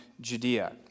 Judea